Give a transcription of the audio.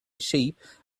sheep